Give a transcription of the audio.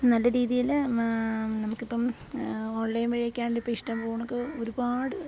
നല്ല രീതിയില് നമുക്കിപ്പോള് ഓൺലൈൻ വഴിയൊക്കെ ആണേല് ഇഷ്ടംപോണ്ക്ക് ഒരുപാട്